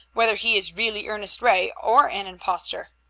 whether he is really ernest ray, or an impostor.